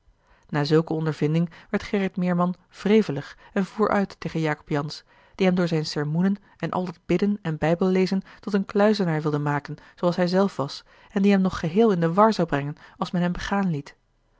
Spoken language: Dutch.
na zulke ondervinding werd gerrit meerman wrevelig en voer uit tegen jacob jansz die hem door zijne sermoenen en al dat bidden en bijbellezen tot een kluizenaar wilde maken zooals hij zelf was en die hem nog geheel in de war zou brengen als men hem begaan liet